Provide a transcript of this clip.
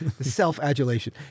Self-adulation